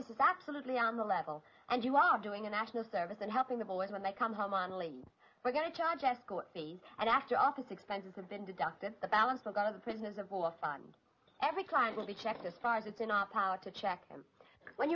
this is absolutely on the level and you are doing a national service and helping the boys when they come home on leave we're going to charge escort and after office expenses have been deducted the balance will go to the prisoners of war on every client will be checked as far as it's in our power to check